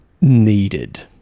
needed